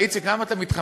איציק, למה אתה מתחמק?